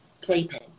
playpen